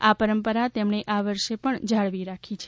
આ પરંપરા તેમણે આ વર્ષે પણ જાળવી રાખી છે